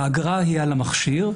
האגרה היא על המכשיר.